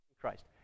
Christ